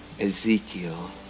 Ezekiel